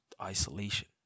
isolation